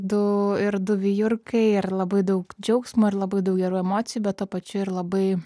du ir du vijurkai ir labai daug džiaugsmo ir labai daug gerų emocijų bet tuo pačiu ir labai